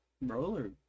roller